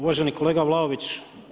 Uvaženi kolega Vlaović.